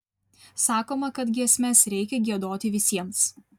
sakoma kad giesmes reikia giedoti visiems